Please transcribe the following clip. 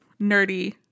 nerdy